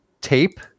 tape